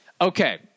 okay